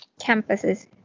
campuses